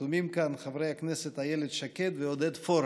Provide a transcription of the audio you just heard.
חתומים כאן חברי הכנסת איילת שקד ועודד פורר.